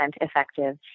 effective